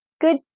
good